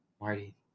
Marty